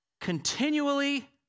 continually